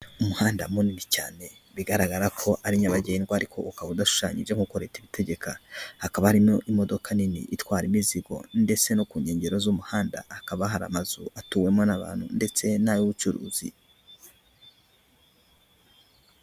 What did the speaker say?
Umuhanda munini cyane bigaragara ko ari nyabagendwa ariko ukaba udashushanyije nkuko leta ibitegeka, hakaba harimo imodoka nini itwara imizigo ndetse no ku nkengero z'umuhanda hakaba hari amazu atuwemo n'abantu ndetse n'ay'ubucuruzi.